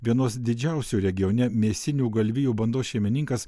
vienos didžiausių regione mėsinių galvijų bandos šeimininkas